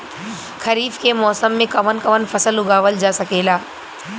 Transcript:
खरीफ के मौसम मे कवन कवन फसल उगावल जा सकेला?